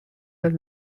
are